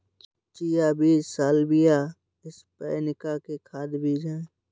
chia बीज Salvia hispanica के खाद्य बीज हैं